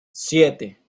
siete